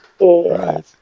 Right